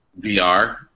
VR